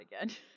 again